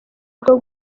bwo